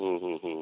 ହଁ ହଁ ହଁ